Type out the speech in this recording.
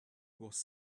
was